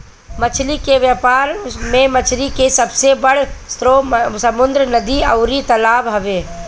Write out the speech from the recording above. मछली के व्यापार में मछरी के सबसे बड़ स्रोत समुंद्र, नदी अउरी तालाब हवे